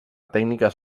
tècniques